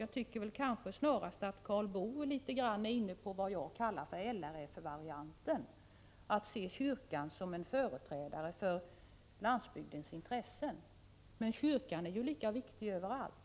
Jag tycker att Karl Boo snarast är lite grand inne på vad jag kallar för LRF-varianten, att se kyrkan som en företrädare för landsbygdens intressen. Men kyrkan är lika viktig överallt.